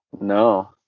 No